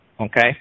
Okay